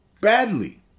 badly